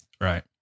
Right